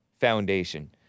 Foundation